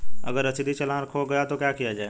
अगर रसीदी चालान खो गया तो क्या किया जाए?